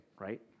right